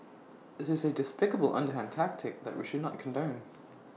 this is A despicable underhand tactic that we should not condone